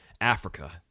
Africa